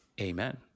Amen